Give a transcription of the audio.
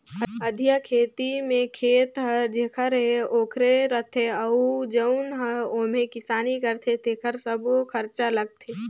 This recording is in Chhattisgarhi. अधिया खेती में खेत हर जेखर हे ओखरे रथे अउ जउन हर ओम्हे किसानी करथे तेकरे सब्बो खरचा लगथे